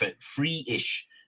free-ish